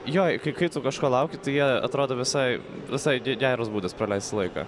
joi kai kai tu kažko lauki tai jie atrodo visai visai geras būdas praleisti laiką